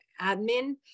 admin